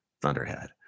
thunderhead